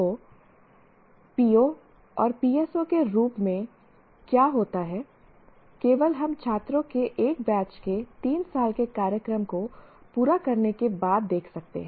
तो POs और PSOs के रूप में क्या होता है केवल हम छात्रों के एक बैच के 3 साल के कार्यक्रम को पूरा करने के बाद देख सकते हैं